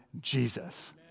Jesus